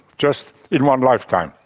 just in one lifetime,